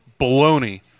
baloney